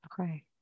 Okay